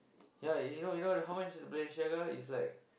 yeah you know you know the how much the Balenciaga it's like